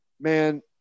man